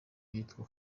yitwa